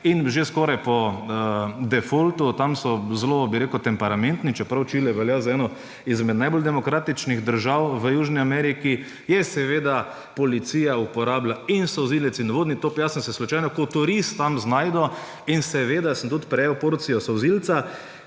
In že skoraj po defaultu so tam zelo temperamentni. Čeprav Čile velja za eno izmed najbolj demokratičnih držav v Južni Ameriki, je seveda policija uporabila solzivec in vodni top. Slučajno sem se kot turist tam znašel in seveda sem tudi prejel porcijo solzivca.